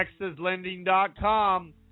TexasLending.com